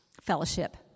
fellowship